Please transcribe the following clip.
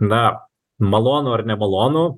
na malonu ar nemalonu